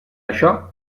això